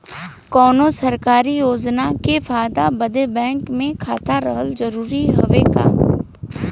कौनो सरकारी योजना के फायदा बदे बैंक मे खाता रहल जरूरी हवे का?